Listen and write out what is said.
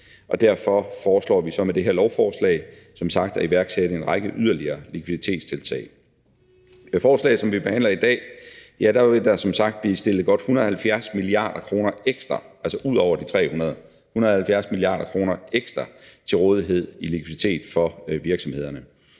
og derfor foreslår vi så med det her lovforslag som sagt at iværksætte en række yderligere likviditetstiltag. Kl. 11:26 Med forslaget, som vi behandler i dag, vil der som sagt blive stillet godt 170 mia. kr. ekstra, altså ud over de 300 mia. kr., til rådighed i likviditet for virksomhederne.